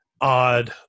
odd